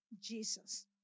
Jesus